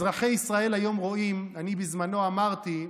אזרחי ישראל היום רואים, אני בזמנו אמרתי: